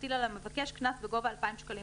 להטיל על המבקש קנס בגובה 2,000 שקלים